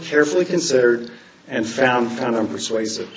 carefully considered and found kind of persuasive